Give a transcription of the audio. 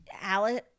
Alice